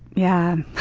yeah.